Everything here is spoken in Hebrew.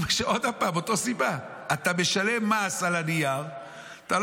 עוד פעם, מאותה סיבה: אתה משלם מס על הנייר, לא